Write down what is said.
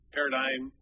Paradigm